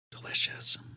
delicious